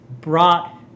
brought